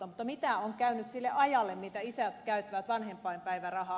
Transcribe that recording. mutta mitä on käynyt sille ajalle mitä isät käyttävät vanhempainpäivärahaa